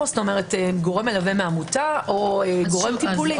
כלומר גורם מלווה מהעמותה או גורם טיפולי.